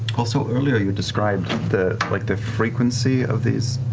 also earlier, you described the, like the frequency of these